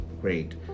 Great